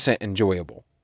enjoyable